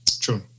True